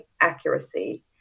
accuracy